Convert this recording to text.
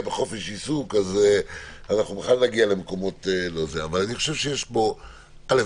נגיע בחופש עיסוק אז בכלל נגיע למקומות לא --- אני חושב שיש פה בעיה,